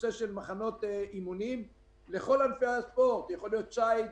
לקיים מחנות אימונים לכל ענפי הספורט: זה יכול להיות שיט,